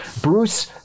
Bruce